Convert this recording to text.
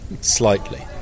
slightly